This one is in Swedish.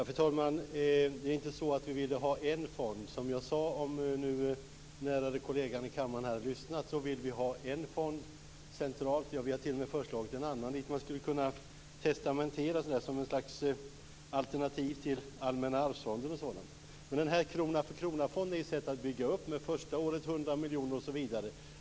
Fru talman! Det är inte så att vi vill ha en fond. Jag sade, vilket den ärade kollegan i kammaren hade hört om han hade lyssnat, att vi vill ha en fond centralt - vi har t.o.m. föreslagit en annan dit man skulle kunna testamentera pengar som ett slags alternativ till Allmänna arvsfonden m.m. Den här krona-för-kronafonden är ett sätt att bygga upp det här, första året med 100 miljoner osv.